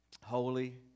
Holy